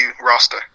roster